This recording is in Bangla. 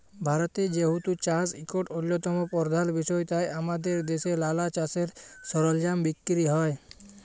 ভারতে যেহেতু চাষ ইকট অল্যতম পরধাল বিষয় তাই আমাদের দ্যাশে লালা চাষের সরলজাম বিক্কিরি হ্যয়